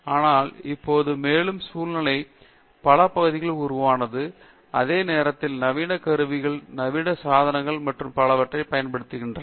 ஆனால் இப்போது மேலும் சூழ்ந்துள்ள பல பகுதிகள் உருவானது அதே நேரத்தில் நவீன கருவிகள் நவீன சாதனங்கள் மற்றும் பலவற்றைப் பயன்படுத்துகின்றன